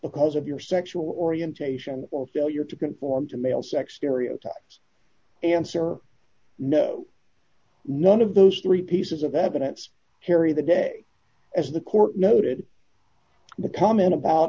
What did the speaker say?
because of your sexual orientation or failure to conform to male sex stereotypes answer no none of those three pieces of evidence carry the day as the court noted the comment about